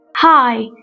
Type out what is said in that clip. Hi